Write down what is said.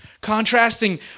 Contrasting